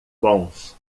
bons